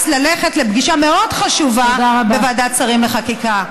ללכת לפגישה מאוד חשובה בוועדת שרים לחקיקה.